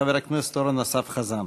חבר הכנסת אורן אסף חזן.